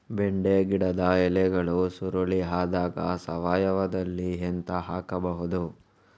ಬೆಂಡೆ ಗಿಡದ ಎಲೆಗಳು ಸುರುಳಿ ಆದಾಗ ಸಾವಯವದಲ್ಲಿ ಎಂತ ಹಾಕಬಹುದು?